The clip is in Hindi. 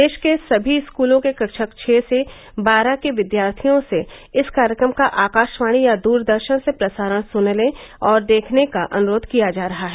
देश के सभी स्कूलों के कक्षा छः से बारह के विद्यार्थियों से इस कार्यक्रम का आकाशवाणी या दूरदर्शन से प्रसारण सुनने और देखने का अनुरोध किया जा रहा है